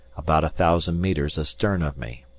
about a thousand metres astern of me.